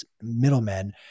middlemen